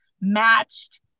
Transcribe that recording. matched